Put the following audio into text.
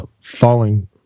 falling